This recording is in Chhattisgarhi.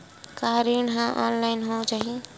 का ऋण ह ऑनलाइन हो जाही?